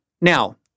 now